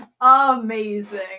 amazing